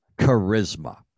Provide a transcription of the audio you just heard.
charisma